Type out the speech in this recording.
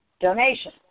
donation